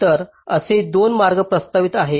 तर असे दोन मार्ग प्रस्तावित आहेत